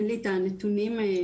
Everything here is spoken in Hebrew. אין לי את הנתונים כרגע.